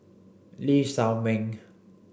Lee Shao Meng